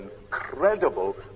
incredible